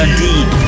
deep